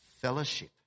fellowship